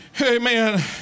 amen